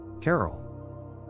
Carol